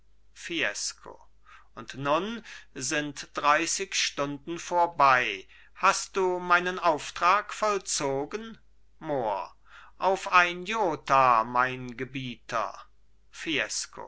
und nun sind dreißig stunden vorbei hast du meinen auftrag vollzogen mohr auf ein jota mein gebieter fiesco